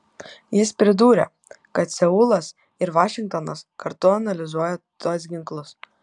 jis pridūrė kad seulas ir vašingtonas kartu analizuoja tuos ginklus